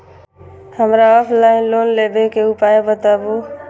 हमरा offline loan लेबे के उपाय बतबु?